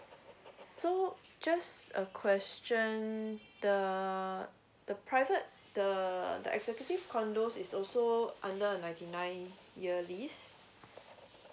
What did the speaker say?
okay so just a question the the private the the executive condo is also under ninety nine year lease